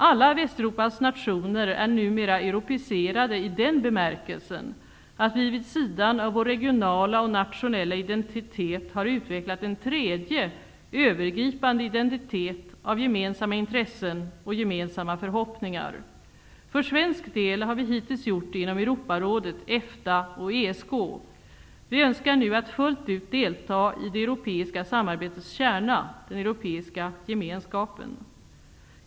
Alla Västeuropas nationer är numera europeiserade i den bemärkelsen att vi vid sidan av vår regionala och nationella identitet har utvecklat en tredje, övergripande identitet av gemensamma intressen och gemensamma förhoppningar. För svensk del har vi hittills gjort det inom Europarådet, EFTA och ESK. Vi önskar nu fullt ut delta i det europeiska samarbetets kärna, Europeiska gemenskapen.